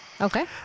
Okay